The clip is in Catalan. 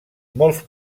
molt